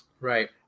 Right